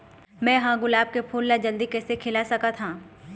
मैं ह गुलाब के फूल ला जल्दी कइसे खिला सकथ हा?